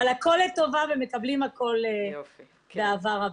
אבל הכול לטובה ומקבלים הכול באהבה רבה.